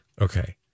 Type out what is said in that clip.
Okay